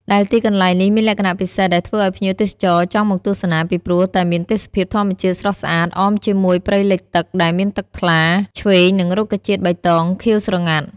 ដែលទីកន្លែងនេះមានលក្ខណៈពិសេសដែលធ្វើឲ្យភ្ញៀវទេសចរចង់មកទស្សនាពីព្រោះតែមានទេសភាពធម្មជាតិស្រស់ស្អាតអមជាមួយព្រៃលិចទឹកដែលមានទឹកថ្លាឈ្វេងនិងរុក្ខជាតិបៃតងខៀវស្រងាត់។